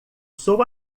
sou